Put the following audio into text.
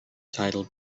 tidal